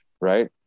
Right